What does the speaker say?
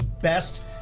best